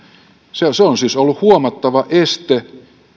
se on siis ollut huomattava este